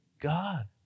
God